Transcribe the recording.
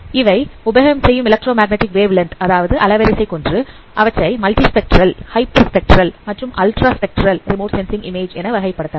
அவை உபயோகம் செய்யும் எலக்ட்ரோ மேக்னடிக் வேவுலெந்து அதாவது அலைவரிசை கொண்டு அவற்றை மல்டி ஸ்பெக்றல் ஹைப்பர் ஸ்பெக்றல் மற்றும் ultra spectral remote sensing image என வகைப்படுத்தலாம்